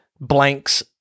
blanks